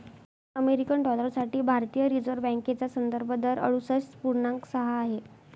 American dollar साठी भारतीय reserve बँकेचा संदर्भ दर अडुसष्ठ पूर्णांक सहा आहे